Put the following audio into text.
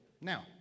Now